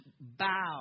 bow